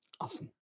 awesome